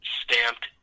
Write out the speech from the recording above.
stamped